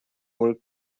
will